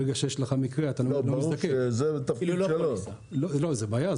עניין תפעולי של איך לתפור את זה,